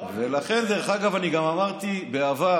לכן, דרך אגב, אני גם אמרתי בעבר